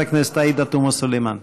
חברת הכנסת עאידה תומא סלימאן.